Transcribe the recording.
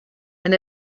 and